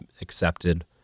accepted